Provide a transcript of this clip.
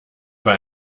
bei